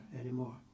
anymore